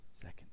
second